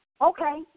Okay